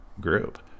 group